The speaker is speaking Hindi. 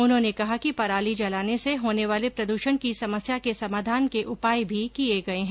उन्होंने कहा कि पराली जलाने से होने वाले प्रद्षण की समस्या के समाधान के उपाय भी किए गए हैं